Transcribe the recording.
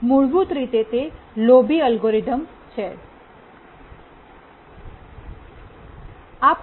આમ મૂળભૂત રીતે તે લોભી અલ્ગોરિધમ છે